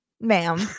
ma'am